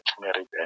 married